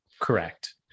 Correct